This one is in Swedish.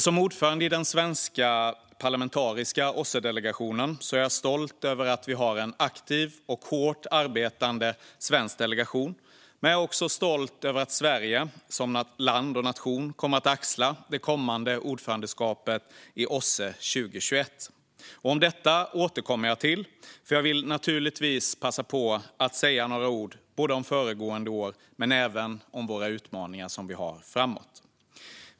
Som ordförande i den svenska parlamentariska OSSE-delegationen är jag stolt över att vi har en aktiv och hårt arbetande svensk delegation, men jag är också stolt över att Sverige som nation kommer att axla det kommande ordförandeskapet i OSSE 2021. Till detta återkommer jag, för jag vill naturligtvis passa på att säga några ord både om föregående år och om de utmaningar vi har framåt.